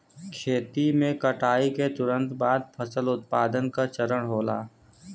खेती में कटाई के तुरंत बाद फसल उत्पादन का चरण होला